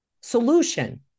solution